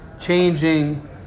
changing